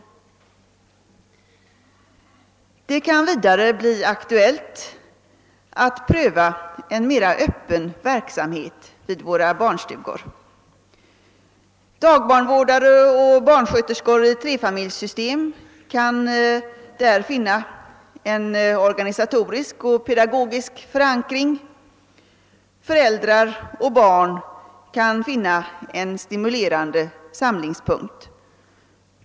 Vidare kan det bli aktuellt att pröva en mera öppen verksamhet vid våra barnstugor. Dagbarnvårdare och barnsköterskor i trefamiljssystem kan där finna en organisatorisk och pedagogisk förankring, och föräldrar och barn kan finna en stimulerande samlingspunkt.